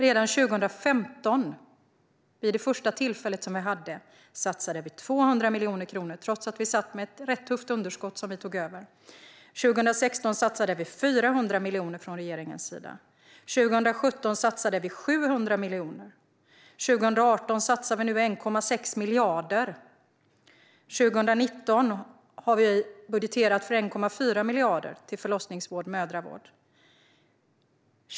Redan 2015, vid vårt första tillfälle, satsade vi 200 miljoner kronor trots att vi satt med ett rätt tufft underskott som vi tog över. År 2016 satsade vi 400 miljoner från regeringens sida. År 2017 satsade vi 700 miljoner. År 2018 satsar vi nu 1,6 miljarder. År 2019 har vi budgeterat för 1,4 miljarder till förlossningsvård och mödravård.